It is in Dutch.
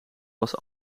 was